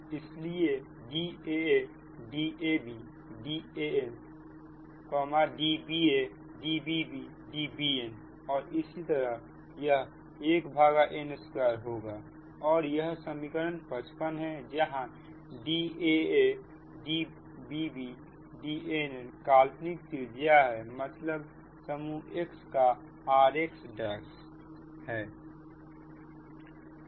इसलिए DaaDabDanDbaDbbDbnऔर इसी तरह यह 1n2 होगा और यह समीकरण 55 है जहां Daa Dbb Dnnकाल्पनिक त्रिज्या है मतलब समूह X का rx है